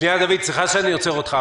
סליחה שאני עוצר אותך.